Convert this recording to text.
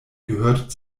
gehört